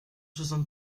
soixante